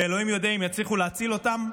ואלוהים יודע אם יצליחו להציל אותם.